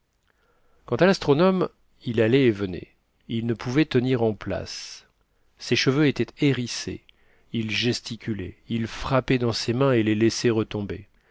quant à l'astronome il allait et venait il ne pouvait tenir en place ses cheveux étaient hérissés il gesticulait il frappait dans ses mains et les laissait retomber